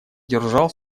держал